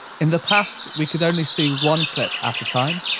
in the past we could only see one clip at a time.